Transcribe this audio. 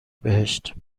بهشت